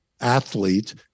athlete